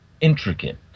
intricate